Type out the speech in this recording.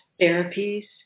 therapies